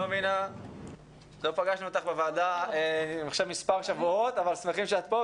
לא פגשנו אותך מספר שבועות, אבל הנה את כאן.